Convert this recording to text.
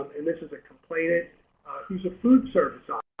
and this is a complainant piece of food services